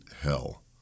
hell